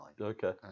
Okay